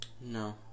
No